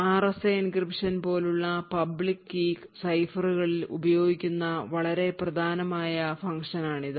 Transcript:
RSA encryption പോലുള്ള public key സൈഫറുകളിൽ ഉപയോഗിക്കുന്ന വളരെ സാധാരണമായ ഫങ്ക്ഷൻ ആണിത്